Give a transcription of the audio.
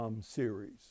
series